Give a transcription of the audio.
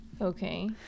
Okay